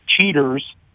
Cheaters